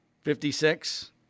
Fifty-six